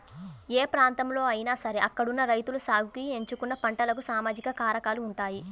ఏ ప్రాంతంలో అయినా సరే అక్కడున్న రైతులు సాగుకి ఎంచుకున్న పంటలకు సామాజిక కారకాలు ఉంటాయి